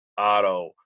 auto